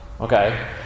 Okay